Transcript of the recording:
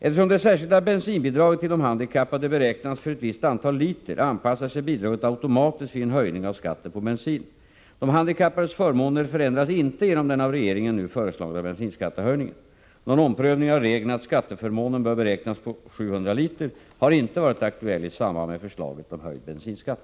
Eftersom det särskilda bensinbidraget till de handikappade beräknas för ett visst antal liter anpassar sig bidraget automatiskt vid en höjning av skatten på bensin. De handikappades förmåner förändras inte genom den av regeringen nu föreslagna bensinskattehöjningen. Någon omprövning av regeln att skatteförmånen bör beräknas på 700 liter har inte varit aktuell i samband med förslaget om höjd bensinskatt.